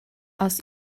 aus